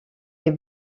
est